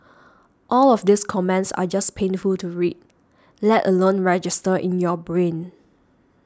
all of these comments are just painful to read let alone register in your brain